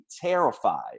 terrified